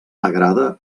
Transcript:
agrada